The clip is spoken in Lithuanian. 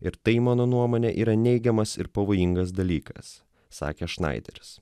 ir tai mano nuomone yra neigiamas ir pavojingas dalykas sakė šnaideris